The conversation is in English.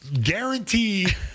guaranteed